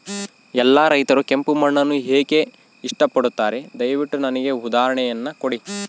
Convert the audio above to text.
ಎಲ್ಲಾ ರೈತರು ಕೆಂಪು ಮಣ್ಣನ್ನು ಏಕೆ ಇಷ್ಟಪಡುತ್ತಾರೆ ದಯವಿಟ್ಟು ನನಗೆ ಉದಾಹರಣೆಯನ್ನ ಕೊಡಿ?